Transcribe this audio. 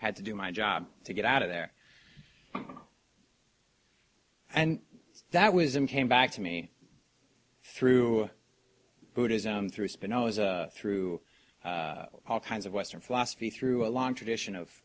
had to do my job to get out of there and that was him came back to me through buddhism through spinoza through all kinds of western philosophy through a long tradition of